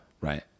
Right